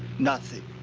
nothing.